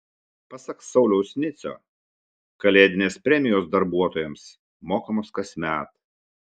pasak sauliaus nicio kalėdinės premijos darbuotojams mokamos kasmet